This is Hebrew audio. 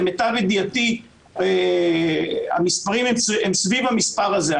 למיטב ידיעתי המספרים הם סביב המספר הזה,